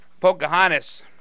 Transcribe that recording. Pocahontas